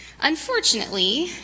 Unfortunately